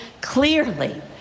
clearly